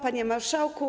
Panie Marszałku!